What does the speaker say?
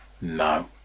No